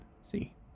see